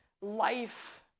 life